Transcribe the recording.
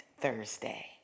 Thursday